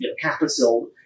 capital